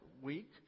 week